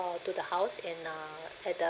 uh to the house and uh at the